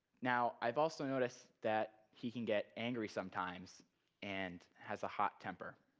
now, i've also noticed that he can get angry sometimes and has a hot temper.